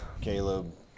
Caleb